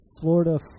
Florida